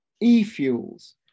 e-fuels